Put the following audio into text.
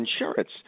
insurance